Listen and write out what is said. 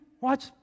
watch